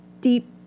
deep